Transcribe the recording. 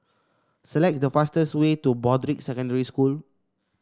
select the fastest way to Broadrick Secondary School